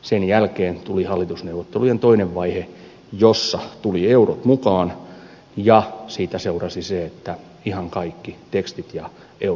sen jälkeen tuli hallitusneuvottelujen toinen vaihe jossa tulivat eurot mukaan ja siitä seurasi se että ihan kaikki tekstit ja eurot eivät kohtaa